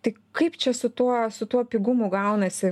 o tai kaip čia su tuo su tuo pigumu gaunasi